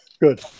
Good